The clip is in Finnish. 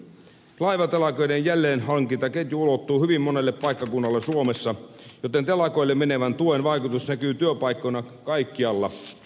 laivatelakoiden jälleenhankintaketju ulottuu hyvin monelle paikkakunnalle suomessa joten telakoille menevän tuen vaikutus näkyy työpaikkoina kaikkialla